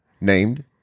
Named